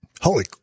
Holy